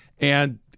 and-